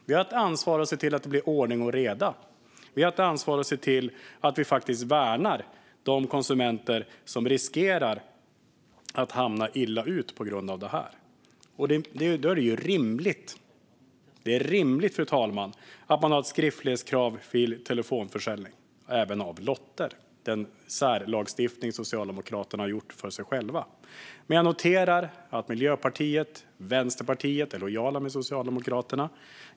Vi har ett ansvar att se till att det blir ordning och reda och att vi faktiskt värnar de konsumenter som riskerar att råka illa ut på grund av detta. Då är det rimligt, fru talman, att man har ett skriftlighetskrav vid telefonförsäljning även av lotter - den särlagstiftning som Socialdemokraterna har skapat för sig själva. Men jag noterar att Miljöpartiet och Vänsterpartiet är lojala med Socialdemokraterna.